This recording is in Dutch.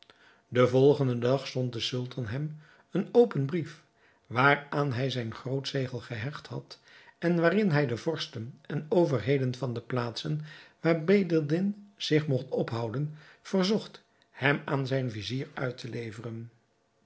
den volgenden dag zond de sultan hem een open brief waaraan hij zijn grootzegel gehecht had en waarin hij de vorsten en overheden van de plaatsen waar bedreddin zich mogt ophouden verzocht hem aan zijn vizier uit te leveren